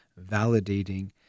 validating